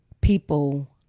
people